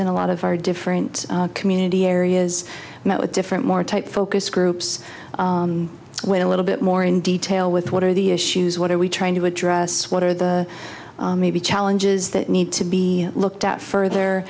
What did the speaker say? in a lot of our different community areas met with different more type focus groups with a little bit more in detail with what are the issues what are we trying to address what are the maybe challenges that need to be looked at further